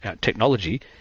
technology